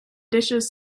dishes